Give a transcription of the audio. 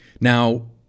Now